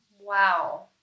Wow